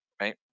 right